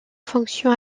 fonction